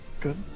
Good